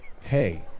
Hey